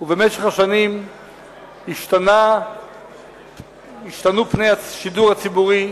ובמשך השנים השתנו פני השידור הציבורי,